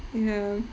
ya